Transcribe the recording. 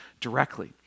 directly